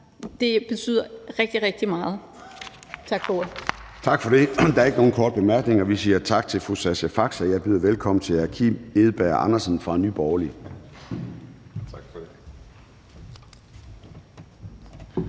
Formanden (Søren Gade): Tak for det. Der er ikke nogen korte bemærkninger. Vi siger tak til fru Sascha Faxe, og jeg byder velkommen til hr. Kim Edberg Andersen fra Nye Borgerlige.